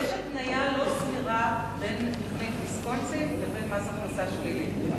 יש התניה לא סבירה בין תוכנית ויסקונסין לבין מס הכנסה שלילי.